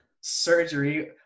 surgery